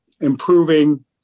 improving